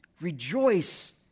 Rejoice